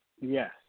Yes